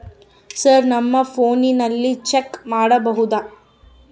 Sir ನಮ್ಮ ಫೋನಿನಲ್ಲಿ check ಮಾಡಬಹುದಾ?